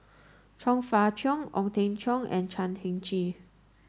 Chong Fah Cheong Ong Teng Cheong and Chan Heng Chee